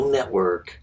Network